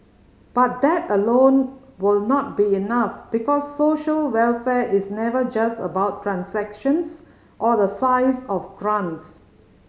but that alone will not be enough because social welfare is never just about transactions or the size of grants